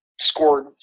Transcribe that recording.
scored